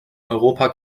europa